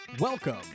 Welcome